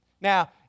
Now